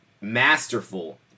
masterful